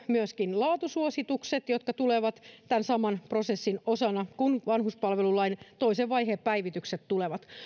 myöskin laatusuositukset jotka tulevat tämän saman prosessin osana kun vanhuspalvelulain toisen vaiheen päivitykset tulevat